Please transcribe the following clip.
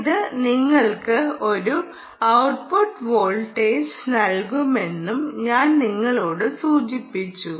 ഇത് നിങ്ങൾക്ക് ഒരു ഔട്ട്പുട്ട് വോൾട്ടേജ് നൽകുമെന്നും ഞാൻ നിങ്ങളോട് സൂചിപ്പിച്ചു